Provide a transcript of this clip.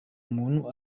muntu